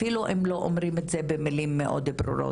אפילו אם לא אומרים את זה במילים מאוד ברורות.